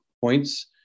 points